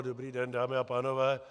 Dobrý den, dámy a pánové.